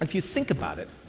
and you think about it,